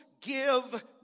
give